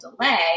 delay